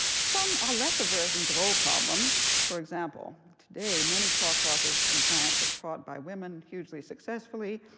some ah lesser versions of old problems. for example, today many core courses in science are taught by women hugely successfully,